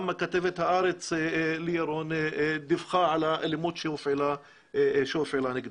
גם כתבת הארץ ליהיא רון דיווחה על האלימות שהופעלה נגדה,